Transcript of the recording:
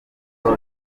muto